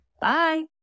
Bye